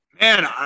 Man